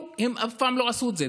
הם אף פעם לא עשו את זה,